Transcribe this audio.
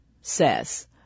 says